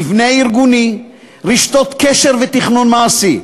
מבנה ארגוני, רשתות קשר ותכנון מעשי.